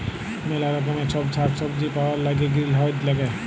ম্যালা রকমের ছব সাগ্ সবজি পাউয়ার ল্যাইগে গিরিলহাউজ ল্যাগে